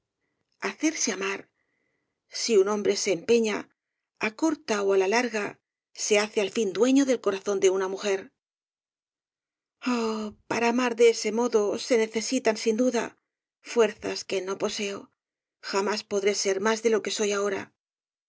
hacerse amar si un hombre se empeña á la corta ó á la larga se hace al fin dueño del corazón de una mujer el caballero de las botas azules oh para amar de ese modo se necesitan sin duda fuerzas que no poseo jamás podré ser más de lo que soy ahora